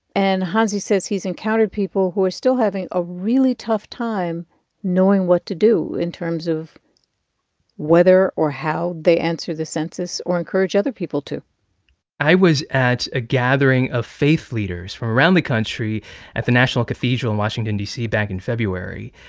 and hansi says he's encountered people who are still having a really tough time knowing what to do in terms of whether or how they answer the census or encourage other people to i was at a gathering of faith leaders from around the country at the national cathedral in washington, d c, back in february.